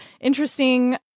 interesting